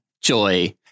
Joy